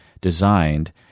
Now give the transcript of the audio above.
designed